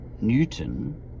Newton